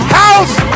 house